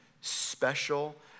special